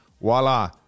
voila